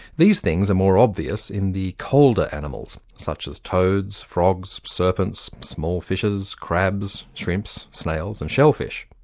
these things are more obvious in the colder animals, such as toads, frogs, serpents, small fishes, crabs, shrimps, snails, and shellfish.